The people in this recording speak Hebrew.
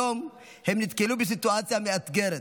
היום הם נתקלו בסיטואציה מאתגרת,